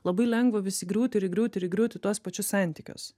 labai lengva visi įgriūti ir įgriūti ir įgriūti į tuos pačius santykius